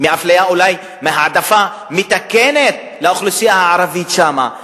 אולי מהעדפה מתקנת לאוכלוסייה הערבית שם.